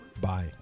Bye